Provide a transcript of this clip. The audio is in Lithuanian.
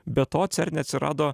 be to cerne atsirado